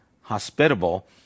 hospitable